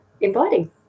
inviting